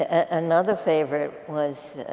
ah another favorite was,